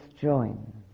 join